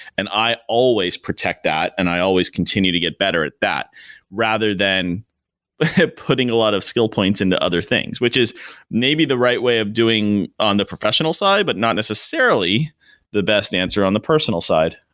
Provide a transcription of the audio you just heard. and i always protect that and i always continue to get better at that rather than putting a lot of skill points into other things, which is maybe the right way of doing on the professional side but not necessarily the best answer on the personal side.